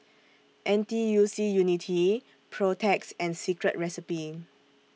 N T U C Unity Protex and Secret Recipe